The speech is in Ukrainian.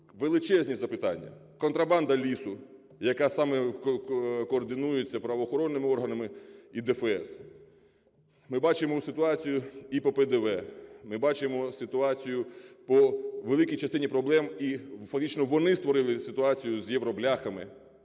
величезні запитання. Контрабанда лісу, яка саме координується правоохоронними органами і ДФС. Ми бачимо ситуацію і по ПДВ. Ми бачимо ситуацію по великій частині проблем і фактично вони створили ситуацію з "євробляхами".